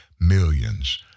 millions